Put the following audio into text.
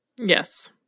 Yes